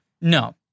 no